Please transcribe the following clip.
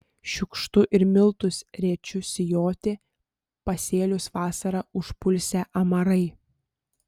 šiukštu ir miltus rėčiu sijoti pasėlius vasarą užpulsią amarai